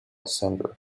centre